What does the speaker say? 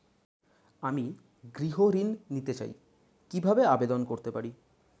আমি গৃহ ঋণ নিতে চাই কিভাবে আবেদন করতে পারি?